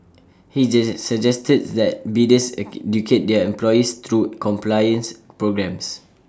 he suggested that bidders their employees through compliance programmes